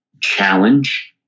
challenge